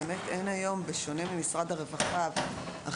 באמת אין היום בשונה ממשרד הרווחה והחינוך,